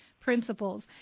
Principles